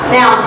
Now